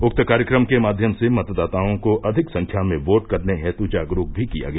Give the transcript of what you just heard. उक्त कार्यक्रम के माध्यम से मतदातओं को अधिक संख्या में वोट करने हेतु जागरूक भी किया गया